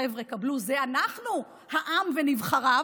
חבר'ה, קבלו, שזה אנחנו, העם ונבחריו,